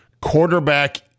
quarterback